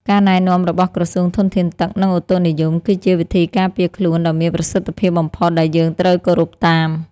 ការណែនាំរបស់ក្រសួងធនធានទឹក និងឧតុនិយមគឺជាវិធីការពារខ្លួនដ៏មានប្រសិទ្ធភាពបំផុតដែលយើងត្រូវគោរពតាម។